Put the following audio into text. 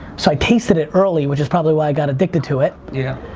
so i tasted it early which is probably why i got addicted to it. yeah.